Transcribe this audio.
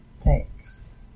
Thanks